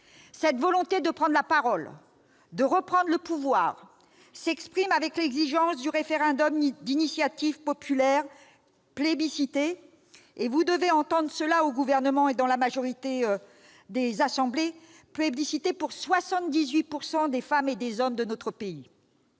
Cette volonté de prendre la parole, de reprendre le pouvoir s'exprime avec l'exigence du référendum d'initiative populaire plébiscité- vous devez entendre cela au Gouvernement et dans la majorité des assemblées -par 78 % des femmes et des hommes de notre pays.